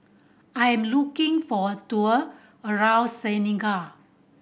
I am looking for a tour around Senegal